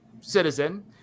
citizen